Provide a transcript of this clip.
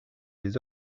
des